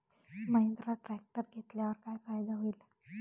Mahindra tractor घेतल्यावर काय फायदा होईल?